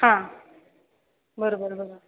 हां बरं बरं बरं